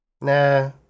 Nah